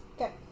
Okay